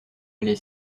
allait